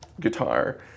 guitar